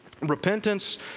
repentance